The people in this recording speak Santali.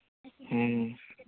ᱦᱮᱸ